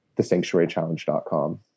thesanctuarychallenge.com